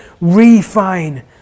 refine